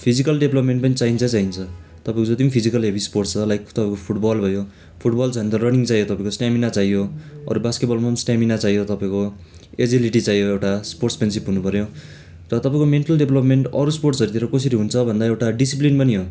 physical development पनि चाहिन्छ चाहिन्छ तपाईँको जति पनि फिजिकल हेभी स्पोर्ट्स छ लाइक तपाईँको फुटबल भयो फुटबल छ भने त रनिङ चाहियो तपाईँको स्ट्यामिना चाहियो अरू बास्केटबलमा पनि स्ट्यामिना चाहियो तपाईँको एजिलिटी चाहियो एउटा स्पोट्समेनसिप हुनु पऱ्यो र तपाईँको मेन्टल डेभलपमेन्ट अरू स्पोर्ट्सहरूतिर कसरी हुन्छ भन्दा एउटा डिसिप्लिन पनि हो